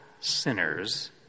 sinners